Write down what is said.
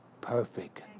perfect